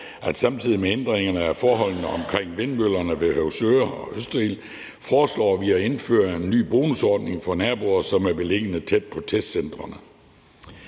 vi samtidig med ændringerne af forholdene omkring vindmøllerne ved Høvsøre og Østerild foreslår at indføre en ny bonusordning for naboer, som bor tæt på testcentrene.